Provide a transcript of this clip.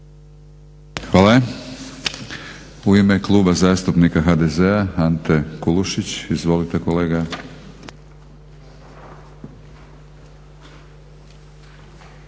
Hvala. U ime Kluba zastupnika HDZ-a Ante Kulušić. Izvolite kolega.